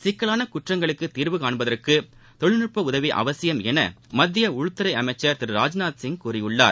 சிக்கலான குற்றங்களுக்குத் தீர்வு காண்பதற்கு தொழில்நுட்ப உதவி அவசியம் என மத்திய உள்துறை அமைச்சர் திரு ராஜ்நாத் சிங் கூறியுள்ளார்